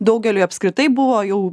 daugeliui apskritai buvo jau